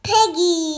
Peggy